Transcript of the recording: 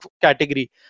category